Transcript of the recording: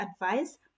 advice